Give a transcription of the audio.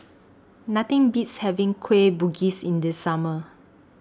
Nothing Beats having Kueh Bugis in The Summer